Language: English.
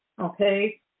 Okay